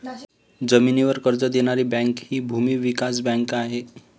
जमिनीवर कर्ज देणारी बँक हि भूमी विकास बँक आहे